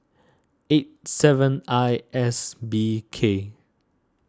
eight seven I S B K